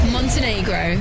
Montenegro